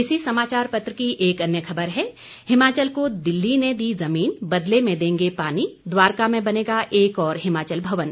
इसी समाचार पत्र की एक अन्य खबर है हिमाचल को दिल्ली ने दी जमीन बदले में देंगे पानी द्वारका में बनेगा एक और हिमाचल भवन